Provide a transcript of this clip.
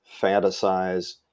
fantasize